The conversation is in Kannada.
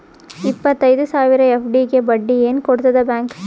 ಇಪ್ಪತ್ತೈದು ಸಾವಿರ ಎಫ್.ಡಿ ಗೆ ಬಡ್ಡಿ ಏನ ಕೊಡತದ ಬ್ಯಾಂಕ್?